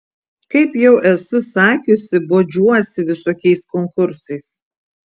kaip jau esu sakiusi bodžiuosi visokiais konkursais